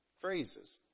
phrases